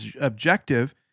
objective